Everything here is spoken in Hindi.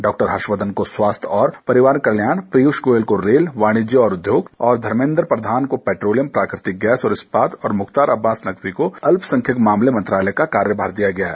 डॉ हर्षवर्धन को स्वास्थ्य और परिवार कल्याण पीयूष गोयल को रेल वाणिज्य और उद्योग धर्मेद्र प्रधान को पैट्रोलियम प्राकृतिक गैस और इस्पात और मुख्तार अब्बास नकवी को अल्पसंख्यक मामले मंत्रालय का कार्यभार दिया गया है